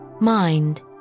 mind